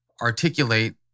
articulate